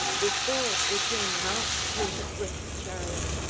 before the king mounts his swift chariot.